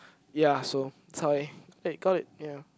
ya so Zhai eh I got it ya